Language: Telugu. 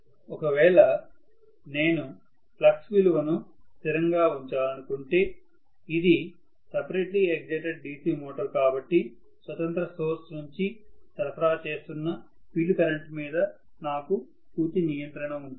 ఒకవేళ నేను ఫ్లక్స్ విలువ ను స్థిరంగా ఉంచాలనుకుంటే ఇది సపరేట్లీ ఎగ్జైటెడ్ DC మోటారు కాబట్టి స్వతంత్ర సోర్స్ నుంచి సరఫరా చేస్తున్న ఫీల్డ్ కరెంటు మీద నాకు పూర్తి నియంత్రణ ఉంటుంది